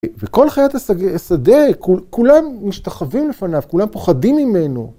וכל חיית השדה, כולם משתחווים לפניו, כולם פוחדים ממנו.